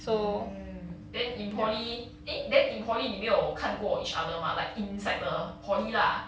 mm then in poly eh then in poly 你没有看过 each other 吗 like inside the poly lah